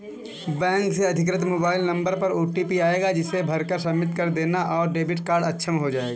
bank से अधिकृत mobile number पर ओटीपी आएगा जिसे भरकर सबमिट कर देना है और डेबिट कार्ड अक्षम हो जाएगा